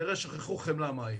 שכנראה שכחו חמלה מהי.